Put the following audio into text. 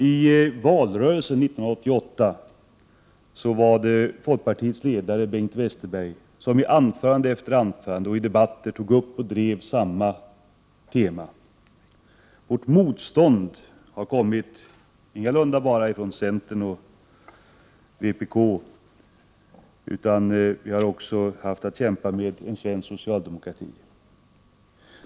I valrörelsen 1988 var det folkpartiets ledare Bengt Westerberg som i anförande efter anförande och i debatter tog upp och drev samma tema. Vi har fått motstånd, ingalunda bara från centern och vpk. Vi har också haft att kämpa med en svensk socialdemokrati.